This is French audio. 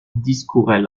discourait